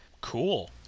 Cool